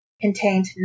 contained